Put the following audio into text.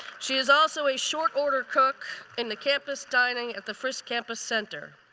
she is also a short-order cook in the campus dining at the frist campus center.